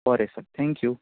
बरें sir thank you